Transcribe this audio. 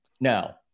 Now